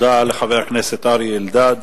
תודה לחבר הכנסת אריה אלדד.